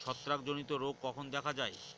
ছত্রাক জনিত রোগ কখন দেখা য়ায়?